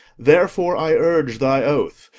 therefore i urge thy oath.